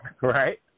Right